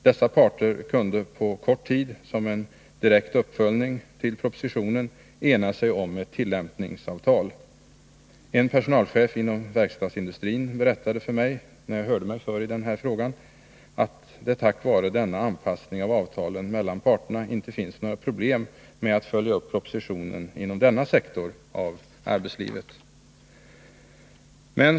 Dessa parter kunde på kort tid, som en direkt uppföljning till propositionen, ena sig om ett tillämpningsavtal. En personalchef inom verkstadsindustrin berättade för mig, när jag hörde mig för i denna fråga, att det tack vare denna anpassning av avtalen mellan parterna inte finns några problem med att följa upp propositionen inom denna sektor av arbetslivet.